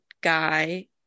guy